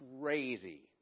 crazy